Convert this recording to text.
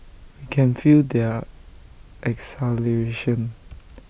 we can feel their exhilaration